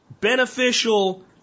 beneficial